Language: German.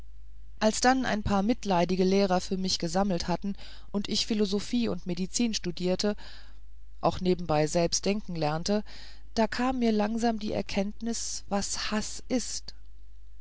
als dann ein paar mitleidige lehrer für mich gesammelt hatten und ich philosophie und medizin studierte auch nebenbei selbst denken lernte da kam mir langsam die erkenntnis was haß ist